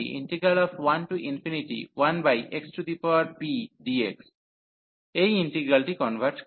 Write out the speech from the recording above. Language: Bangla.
এই ইন্টিগ্রালটি কনভার্জ করে